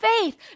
faith